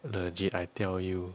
legit I tell you